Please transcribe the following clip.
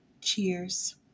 Cheers